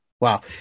Wow